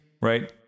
Right